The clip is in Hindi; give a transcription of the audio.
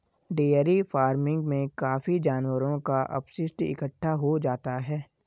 डेयरी फ़ार्मिंग में काफी जानवरों का अपशिष्ट इकट्ठा हो जाता है